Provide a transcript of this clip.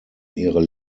ihre